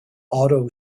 auto